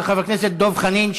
של חבר הכנסת דב חנין,